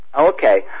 Okay